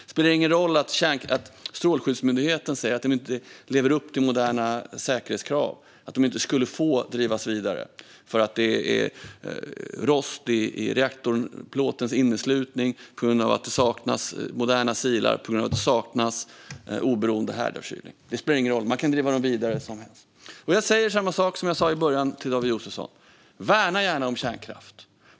Det spelar ingen roll att Strålsäkerhetsmyndigheten säger att Ringhals inte lever upp till moderna säkerhetskrav och inte skulle få drivas vidare därför att det är rost i reaktorplåtens inneslutning på grund av att det saknas moderna silar och oberoende härdavkylning. Det spelar ingen roll - man kan driva dem vidare ändå. Jag säger samma sak som jag sa i början till David Josefsson: Värna gärna om kärnkraft!